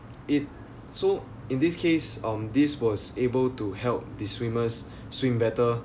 it so in this case um this was able to help the swimmers swim better